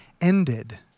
ended